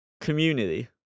Community